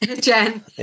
Jen